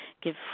Give